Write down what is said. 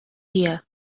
here